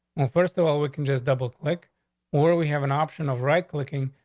well, first of all, we can just double click where we have an option of right clicking.